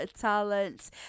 Talent